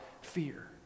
fear